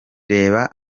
reba